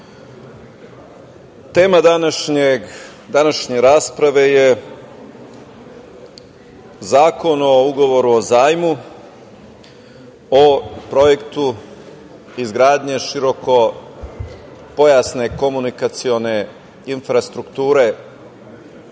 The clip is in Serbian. tema današnje rasprave je Zakon o ugovoru o zajmu o projektu izgradnje širokopojasne komunikacione infrastrukture